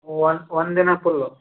ಒಂದು ಒಂದು ದಿನ ಫುಲ್ಲು